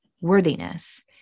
worthiness